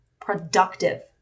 productive